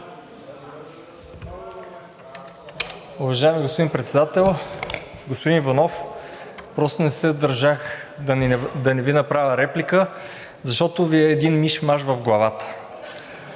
Уважаеми господин Председател! Господин Иванов, просто не се сдържах да не Ви направя реплика, защото Ви е един миш-маш в главата.